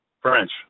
French